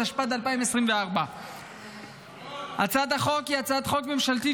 התשפ"ד 2024. הצעת החוק היא הצעת חוק ממשלתית